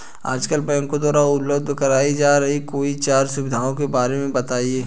आजकल बैंकों द्वारा उपलब्ध कराई जा रही कोई चार सुविधाओं के बारे में बताइए?